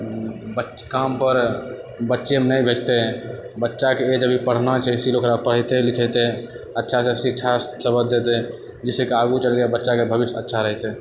कामपर बच्चेमे नहि भेजतै बच्चाके एज अभी पढ़ना छै इसीलिए ओकरा पढ़ेतै लिखेतै अच्छासँ शिक्षा सबक देतै जाहिसँ कि आगू चलिके बच्चाके भविष्य अच्छा रहतै